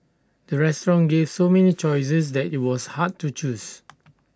the restaurant gave so many choices that IT was hard to choose